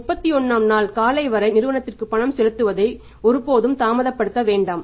ஆனால் 31 ஆம் நாள் காலை வரை நிறுவனத்திற்கு பணம் செலுத்துவதை ஒருபோதும் தாமதப்படுத்த வேண்டாம்